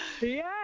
Yes